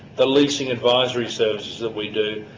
the leasing advisory services that we do,